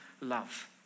love